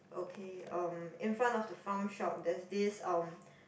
okay um in front of the Farm Shop there's this um